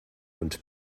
und